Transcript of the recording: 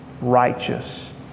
righteous